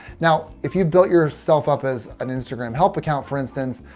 now, if you've built yourself up as an instagram help account, for instance,